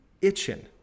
itching